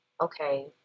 okay